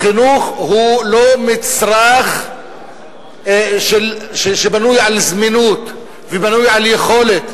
החינוך הוא לא מצרך שבנוי על זמינות ובנוי על יכולת.